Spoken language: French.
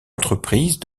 entreprise